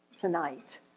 tonight